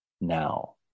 now